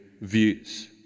views